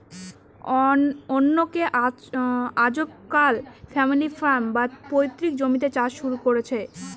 অনকে আজকাল family farm, বা পৈতৃক জমিতে চাষ শুরু করেছে